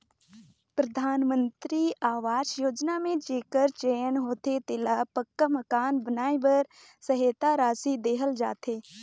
परधानमंतरी अवास योजना में जेकर चयन होथे तेला पक्का मकान बनाए बर सहेता रासि देहल जाथे